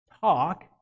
Talk